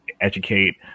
educate